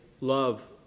love